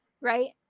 Right